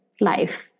life